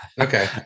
okay